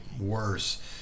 worse